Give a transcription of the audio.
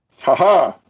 haha